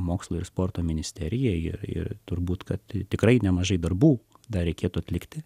mokslo ir sporto ministerijai ir ir turbūt kad tikrai nemažai darbų dar reikėtų atlikti